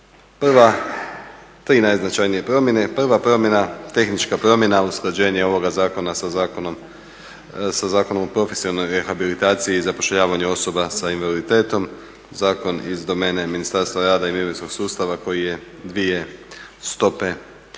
Prve tri najznačajnije promjene. Prva promjena, tehnička promjena usklađenje ovoga zakona sa Zakonom o profesionalnoj rehabilitaciji i zapošljavanju osoba sa invaliditetom, zakon iz domene Ministarstva rada i mirovinskog sustava koji je dvije stope postojeće